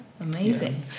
Amazing